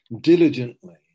diligently